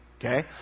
Okay